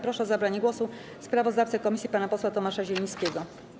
Proszę o zabranie głosu sprawozdawcę komisji pana posła Tomasza Zielińskiego.